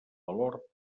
valor